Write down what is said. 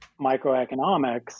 microeconomics